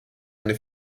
eine